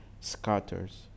scatters